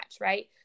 right